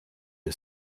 wir